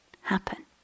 happen